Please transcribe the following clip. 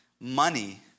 money